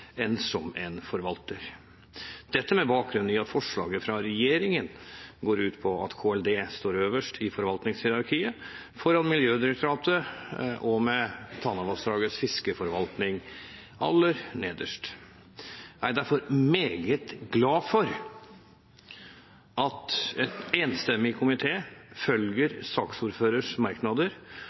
enn som en forvalter. Dette er med bakgrunn i at forslaget fra regjeringen går ut på at Klima- og miljødepartementet står øverst i forvaltningshierarkiet, foran Miljødirektoratet og med Tanavassdragets fiskeforvaltning aller nederst. Jeg er derfor meget glad for at en enstemmig komité følger saksordførerens merknader